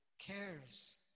cares